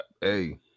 Hey